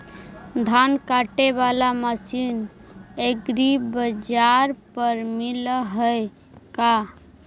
धान काटे बाला मशीन एग्रीबाजार पर मिल है का?